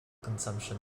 consumption